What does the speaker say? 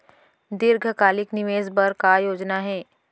दीर्घकालिक निवेश बर का योजना हे?